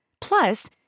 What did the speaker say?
Plus